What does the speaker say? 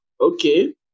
Okay